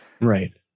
right